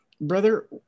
Brother